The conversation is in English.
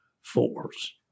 force